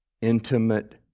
intimate